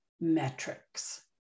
metrics